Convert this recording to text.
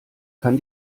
kann